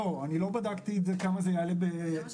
לא, אני לא בדקתי כמה זה יעלה בדקות.